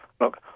look